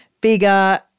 bigger